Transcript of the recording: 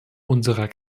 unserer